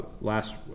last